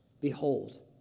Behold